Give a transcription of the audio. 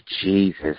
Jesus